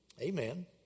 Amen